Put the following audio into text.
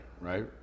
right